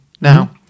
now